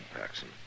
Paxson